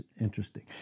interesting